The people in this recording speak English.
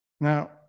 Now